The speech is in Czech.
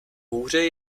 hůře